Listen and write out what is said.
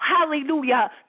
hallelujah